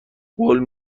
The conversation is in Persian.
قول